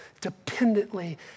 dependently